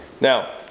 now